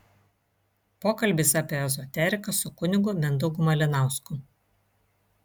pokalbis apie ezoteriką su kunigu mindaugu malinausku